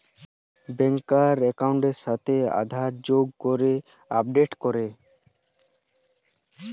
ব্যাংকার একাউন্টের সাথে আধার যোগ করে আপডেট করে